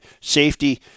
safety